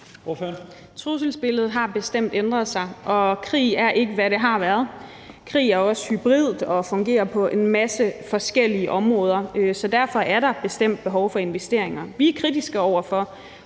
Trusselsbilledet har bestemt ændret sig, og krig er ikke, hvad det har været. Krig er også hybrid krig og fungerer på en masse forskellige områder. Så derfor er der bestemt behov for investeringer. Vi er kritiske over for,